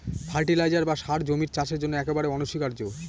fertiliser বা সার জমির চাষের জন্য একেবারে অনস্বীকার্য